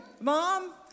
Mom